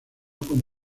con